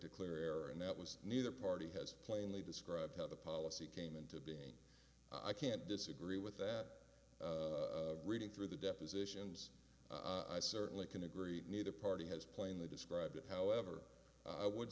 error and that was neither party has plainly described how the policy came into being i can't disagree with that reading through the depositions i certainly can agree neither party has plainly described it however i would